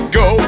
go